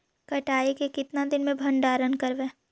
कटाई के कितना दिन मे भंडारन करबय?